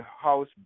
house